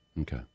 Okay